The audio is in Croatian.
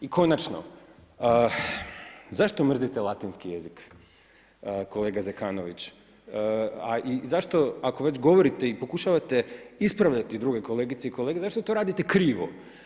I konačno zašto mrzite latinski jezik, kolega Zekanović a i zašto kada već govorite i pokušavate ispravljati druge kolegice i kolege zašto to radite krivo?